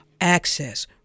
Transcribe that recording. access